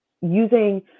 using